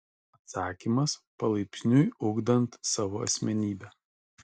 atsakymas palaipsniui ugdant savo asmenybę